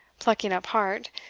plucking up heart,